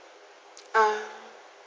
ah